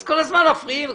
אז כל הזמן מפריעים.